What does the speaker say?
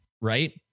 right